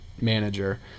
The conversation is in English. manager